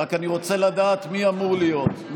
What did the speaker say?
אני רק רוצה לדעת מי אמור להיות.